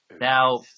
Now